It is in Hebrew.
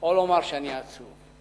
או לומר שאני עצוב.